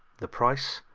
the price?